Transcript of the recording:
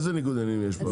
איזה ניגוד עניינים יש פה?